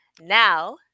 Now